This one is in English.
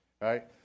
right